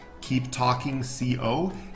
keeptalkingco